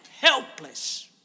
helpless